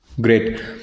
Great